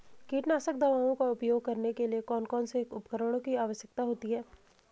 कीटनाशक दवाओं का उपयोग करने के लिए कौन कौन से उपकरणों की आवश्यकता होती है?